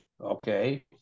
Okay